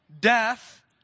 death